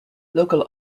local